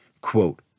quote